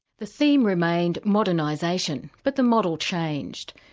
the theme remained modernisation but the model changed.